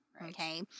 Okay